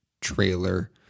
trailer